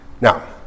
Now